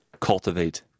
Cultivate